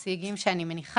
אלה סייגים שאושרו